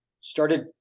started